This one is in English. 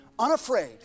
unafraid